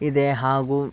ಇದೆ ಹಾಗೂ